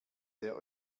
der